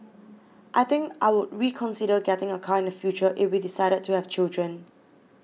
I think I would reconsider getting a car in the future if we decided to have children